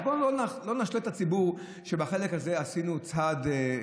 אז בואו לא נשלה את הציבור שבחלק הזה עשינו צעד,